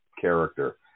character